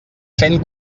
cent